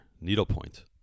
needlepoint